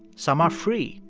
some are free.